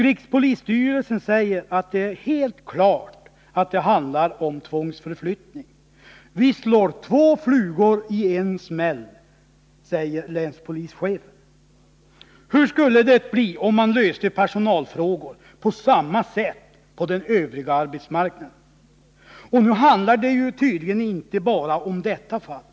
Rikspolisstyrelsen säger att det är helt klart att det handiar om tvångsförflyttning. Vi slår två flugor i en smäll. säger länspolischefen. Hur skulle det bli om man löste personalfrågor på samma sätt på den övriga arbetsmarknaden? Nu handlar det tydligen inte bara om detta fall.